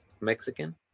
Mexican